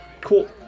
Cool